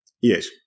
Yes